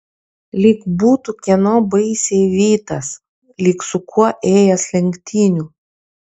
lyg būtų kieno baisiai vytas lyg su kuo ėjęs lenktynių